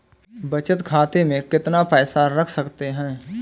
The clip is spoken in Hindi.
बचत खाते में कितना पैसा रख सकते हैं?